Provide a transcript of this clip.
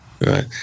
right